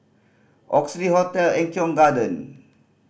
Oxley Hotel Eng Kong Garden